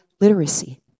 literacy